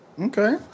Okay